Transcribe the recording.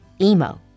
Emo